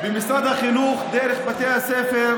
עכשיו נכנסתי.